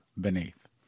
beneath